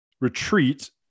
retreat